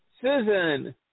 Susan